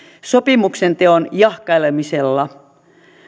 sopimuksen teon jahkailemisella